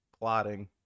plotting